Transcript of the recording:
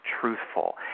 truthful